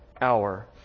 hour